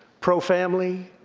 pro-family,